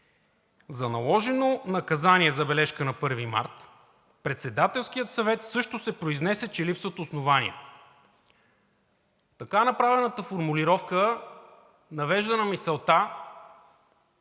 „За наложено наказание „забележка“ на 1 март Председателският съвет също се произнесе, че липсват основания.“ Така направената формулировка навежда на мисълта,